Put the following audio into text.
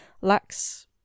lacks